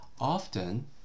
often